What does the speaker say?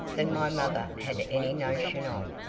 than my mother had any notion of.